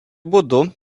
būdu